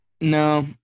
No